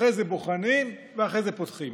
אחרי זה בוחנים ואחרי זה פותחים,